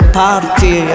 party